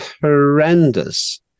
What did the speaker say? horrendous